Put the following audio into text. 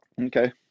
Okay